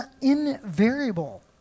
invariable